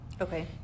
Okay